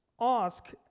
ask